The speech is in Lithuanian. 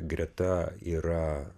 greta yra